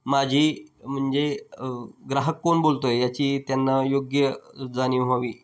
माझी म्हणजे ग्राहक कोण बोलतो आहे याची त्यांना योग्य जाणीव व्हावी